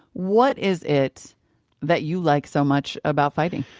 what is it that you like so much about fighting?